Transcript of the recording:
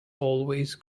always